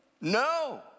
No